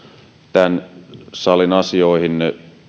tämän salin asioihin